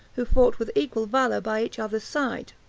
who fought with equal valor by each other's side.